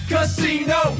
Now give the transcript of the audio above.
Casino